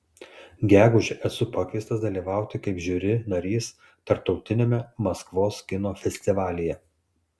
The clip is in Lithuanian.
gegužę esu pakviestas dalyvauti kaip žiuri narys tarptautiniame maskvos kino festivalyje